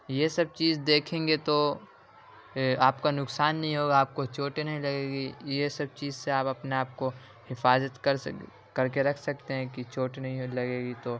یہ سب چیز دیکھیں گے تو آپ کا نقصان نہیں ہوگا آپ کو چوٹیں نہیں لگے گی یہ سب چیز سے آپ اپنے آپ کو حفاظت کر کے رکھ سکتے ہیں کہ چوٹ نہیں لگے گی تو